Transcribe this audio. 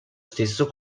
stesso